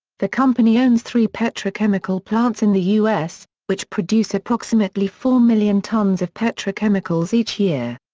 the company owns three petrochemical plants in the us, which produce approximately four million tons of petrochemicals each year.